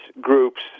groups